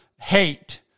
hate